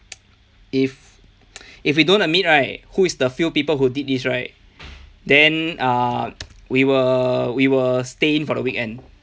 if if we don't admit right who is the few people who did this right then uh we will we will stay in for the weekend